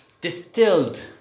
distilled